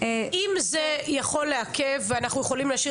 אם זה יכול לעכב ואנחנו יכולים להשאיר